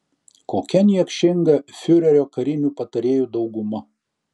kokia niekšinga fiurerio karinių patarėjų dauguma